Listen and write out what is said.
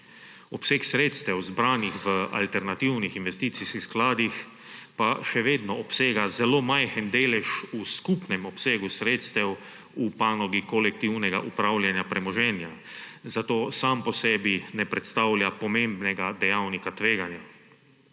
Obseg sredstev, zbranih v alternativnih investicijskih skladih, pa še vedno obsega zelo majhen delež v skupnem obsegu sredstev v panogi kolektivnega upravljanja premoženja, zato sam po sebi ne predstavlja pomembnega dejavnika tveganja.